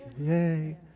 Yay